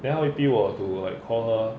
then 她会逼我 to like call her